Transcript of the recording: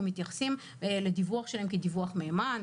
מתייחסים לדיווח שלהן כדיווח מהימן,